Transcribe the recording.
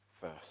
first